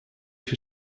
się